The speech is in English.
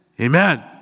Amen